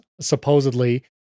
supposedly